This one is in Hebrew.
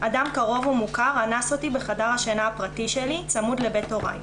אדם קרוב ומוכר אנס אותי בחדר השינה הפרטי שלי צמוד לבית הורי,